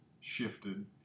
shifted